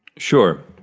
sure.